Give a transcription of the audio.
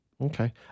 Okay